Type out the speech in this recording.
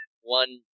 One